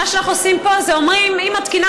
מה שאנחנו עושים פה זה שאנחנו אומרים: אם התקינה